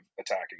attacking